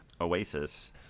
oasis